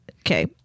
okay